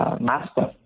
master